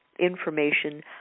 information